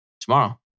tomorrow